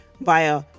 via